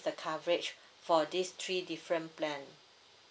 the coverage for these three different plan